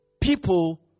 people